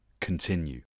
continue